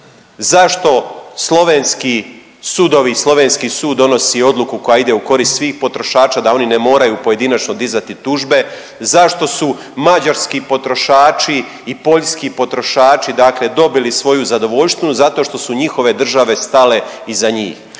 slovenski sud donosi odluku koja ide u korist svih potrošača da oni ne moraju pojedinačno dizati tužbe, zašto su mađarski potrošači i poljski potrošači, dakle dobili svoju zadovoljštinu? Zato što su njihove države stale iza njih.